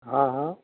હા હા